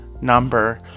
number